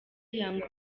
young